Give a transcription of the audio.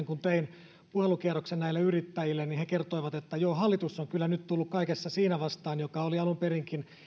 kun tein näille yrittäjille niin he kertoivat että joo hallitus on kyllä nyt tullut kaikessa siinä vastaan mitkä olivat alun perinkin